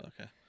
Okay